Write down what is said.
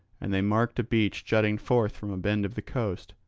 and they marked a beach jutting forth from a bend of the coast,